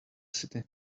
city